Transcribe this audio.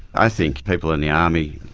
i think people in the army,